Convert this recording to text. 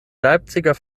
leipziger